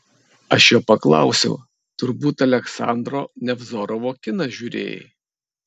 aš jo paklausiau turbūt aleksandro nevzorovo kiną žiūrėjai